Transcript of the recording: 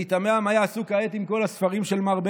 אני תמה מה יעשו כעת עם כל הספרים של מר בנט.